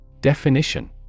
Definition